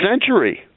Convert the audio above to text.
century